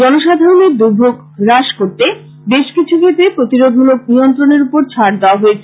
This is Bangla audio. জনসাধারণের দুর্ভোগ কমিয়ে আনতে বেশকিছু ক্ষেত্রে প্রতিরোধমূলক নিয়ন্ত্রণের উপর ছাড় দেওয়া হয়েছে